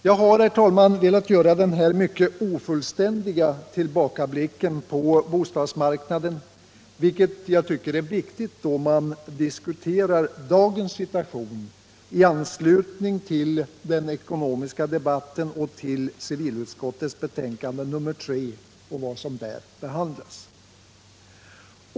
Jag har, herr talman, velat göra denna mycket ofullständiga tillbakablick på bostadsmarknaden, vilket är viktigt att göra då man diskuterar dagens situation i anslutning till den ekonomiska debatten och till civilutskottets betänkande nr 3 och vad som där behandlas.